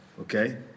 Okay